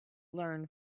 learn